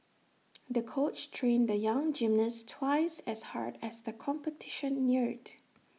the coach trained the young gymnast twice as hard as the competition neared